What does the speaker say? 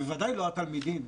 בוודאי לא התלמידים.